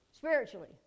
Spiritually